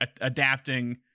adapting